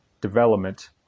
development